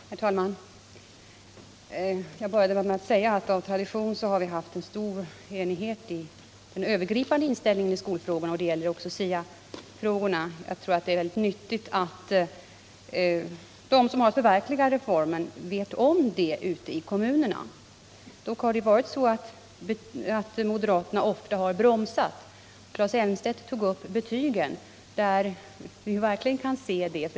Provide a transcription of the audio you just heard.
Herr talman! Jag började med att säga att av tradition har vi haft en stor enighet i den övergripande inställningen till skolfrågorna, och det gäller också SIA. Jag tror det är rätt nyttigt att de som har att förverkliga reformen ute i kommunerna vet om detta. Dock har det ofta varit så att moderaterna bromsat. Claes Elmstedt tog upp betygen. Där kan vi verkligen se detta.